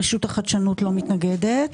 רשות החדשנות לא מתנגדת.